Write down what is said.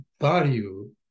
value